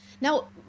Now